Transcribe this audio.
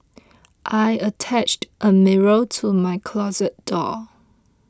I attached a mirror to my closet door